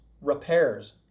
Repairs